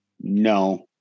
No